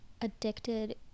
addicted